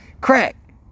Crack